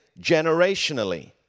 generationally